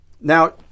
Now